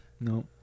no